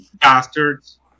Bastards